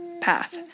path